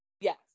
Yes